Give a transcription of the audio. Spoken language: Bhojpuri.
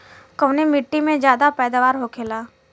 कवने मिट्टी में ज्यादा पैदावार होखेला?